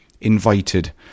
invited